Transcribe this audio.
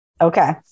Okay